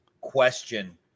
question